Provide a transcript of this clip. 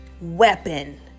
weapon